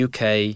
UK